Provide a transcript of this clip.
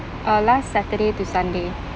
uh last saturday to sunday